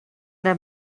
have